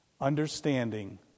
understanding